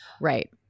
Right